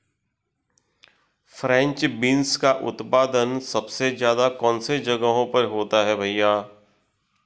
French beans का उत्पादन सबसे ज़्यादा कौन से जगहों पर होता है भैया?